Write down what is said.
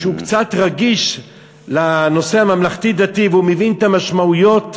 שהוא קצת רגיש לנושא הממלכתי-דתי והוא מבין את המשמעויות,